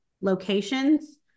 locations